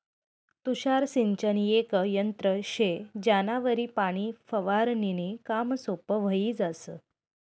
तुषार सिंचन येक यंत्र शे ज्यानावरी पाणी फवारनीनं काम सोपं व्हयी जास